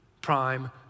Prime